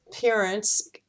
parents